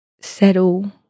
settle